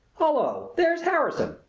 hello! here's harrison.